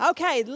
Okay